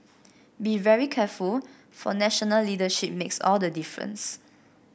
be very careful for national leadership makes all the difference